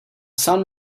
sun